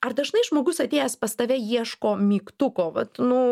ar dažnai žmogus atėjęs pas tave ieško mygtuko vat nu